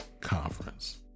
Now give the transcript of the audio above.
conference